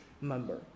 member